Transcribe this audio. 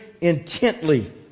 intently